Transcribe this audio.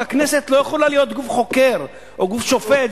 הכנסת לא יכולה להיות גוף חוקר או גוף שופט.